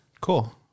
Cool